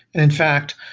in fact,